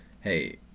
hey